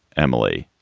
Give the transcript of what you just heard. emily,